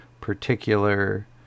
particular